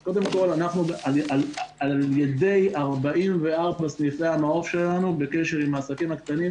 אז קודם כל על ידי 44 סניפי המעו"ף שלנו אנחנו בקשר עם העסקים הקטנים.